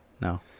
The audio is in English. No